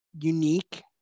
unique